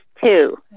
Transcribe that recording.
two